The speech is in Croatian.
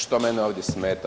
Što mene ovdje smeta?